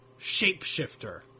shapeshifter